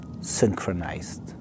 synchronized